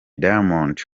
diamond